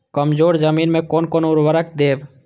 कमजोर जमीन में कोन कोन उर्वरक देब?